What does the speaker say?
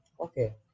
okay